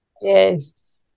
Yes